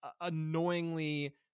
annoyingly